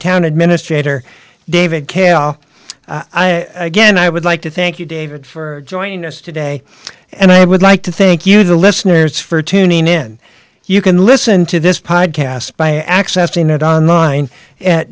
town administrator david kay i'll again i would like to thank you david for joining us today and i would like to thank you the listeners for tuning in you can listen to this podcast by accessing it on line a